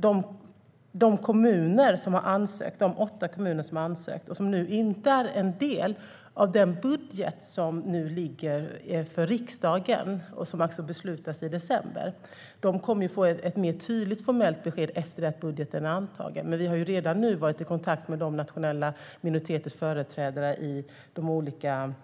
De åtta kommuner som har ansökt men inte finns med i den budget som riksdagen beslutar om i december kommer att få ett tydligare formellt besked när budgeten är antagen. Vi har dock redan varit i kontakt med företrädarna för de nationella minoriteterna i de